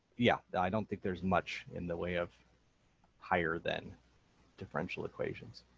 yeah i don't think there's much in the way of higher than differential equations.